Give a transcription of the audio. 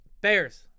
Bears